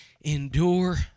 endure